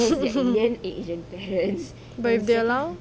but if they allow